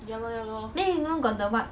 go back school still can dress up